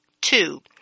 Two